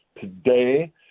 today